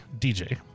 DJ